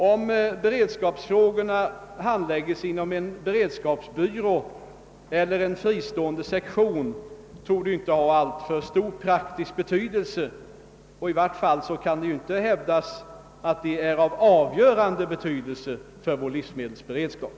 Om beredskapsfrågorna handläggs inom en beredskapsbyrå eller inom en fristående sektion torde inte ha alltför stor betydelse, och i vart fall kan det inte hävdas att det är av avgörande betydelse för vår livsmedelsberedskap.